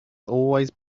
always